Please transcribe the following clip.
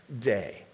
day